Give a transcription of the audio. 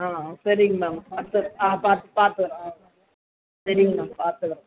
ஆ சரிங்க மேம் ஆ சரி ஆ பாத்துக்கிறேன் ஆ சரிங்க மேம் பாத்துக்கிறேன்